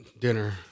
dinner